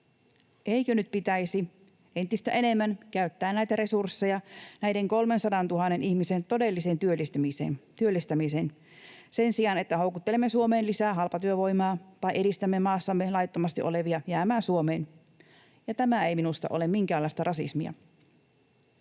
Eikö nyt pitäisi entistä enemmän käyttää näitä resursseja näiden 300 000 ihmisen todelliseen työllistämiseen sen sijaan, että houkuttelemme Suomeen lisää halpatyövoimaa tai edistämme maassamme laittomasti olevia jäämään Suomeen? Tämä ei minusta ole minkäänlaista rasismia.